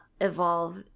evolve